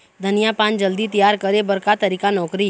धनिया पान जल्दी तियार करे बर का तरीका नोकरी?